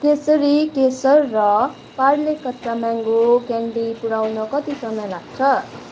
केसरी केसर र पार्ले कच्चा म्याङ्गो क्यान्डी पुऱ्याउन कति समय लाग्छ